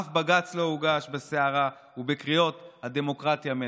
אף בג"ץ לא הוגש בסערה ובקריאות: הדמוקרטיה מתה.